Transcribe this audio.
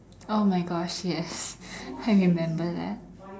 oh my gosh yes I remember that